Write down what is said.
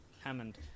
Hammond